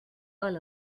all